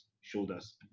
shoulders